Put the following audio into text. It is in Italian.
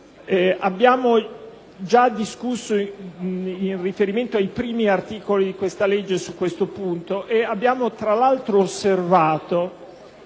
Abbiamo già discusso in riferimento ai primi articoli di questa legge su questo punto e abbiamo tra l'altro osservato